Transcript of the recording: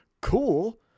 cool